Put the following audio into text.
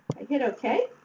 i hit okay.